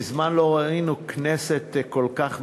מזמן לא ראינו כנסת כל כך מגובשת,